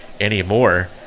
anymore